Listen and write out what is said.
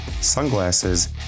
sunglasses